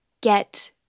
get